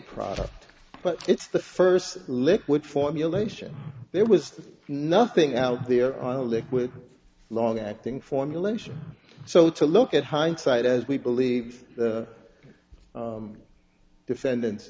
product but it's the first liquid formulation there was nothing out there on a liquid long acting formulation so to look at hindsight as we believe defendants